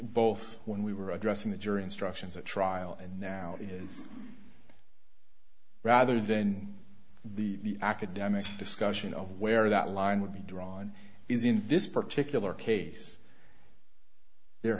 both when we were addressing the jury instructions at trial and now rather than the academic discussion of where that line would be drawn is in this particular case there